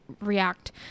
react